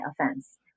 offense